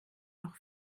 noch